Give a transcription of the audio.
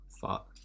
thought